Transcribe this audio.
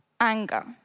anger